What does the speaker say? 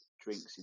drinks